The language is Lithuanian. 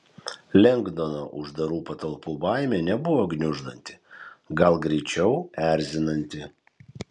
lengdono uždarų patalpų baimė nebuvo gniuždanti gal greičiau erzinanti